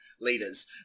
leaders